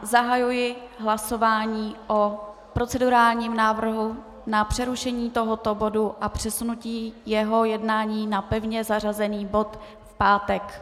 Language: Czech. Zahajuji hlasování o procedurálním návrhu na přerušení tohoto bodu a přesunutí jeho jednání jako pevně zařazený bod v pátek.